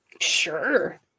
Sure